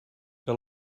que